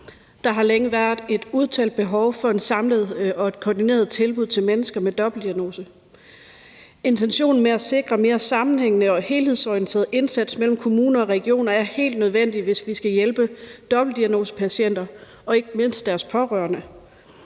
Der har længe været et udtalt behov for et samlet og et koordineret tilbud til mennesker med dobbeltdiagnoser, og intentionen med at sikre en mere sammenhængende og helhedsorienteret indsats mellem kommuner og regioner er helt nødvendig, hvis vi skal hjælpe dobbeltdiagnosepatienter og ikke mindst deres pårørende.